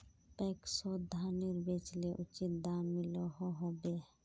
पैक्सोत धानेर बेचले उचित दाम मिलोहो होबे?